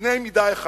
קנה מידה אחד,